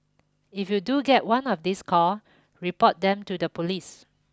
if you do get one of these call report them to the police